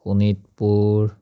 Sonitpur